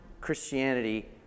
Christianity